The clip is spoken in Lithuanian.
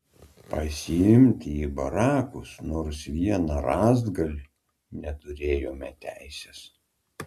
pasiimti į barakus nors vieną rąstgalį neturėjome teisės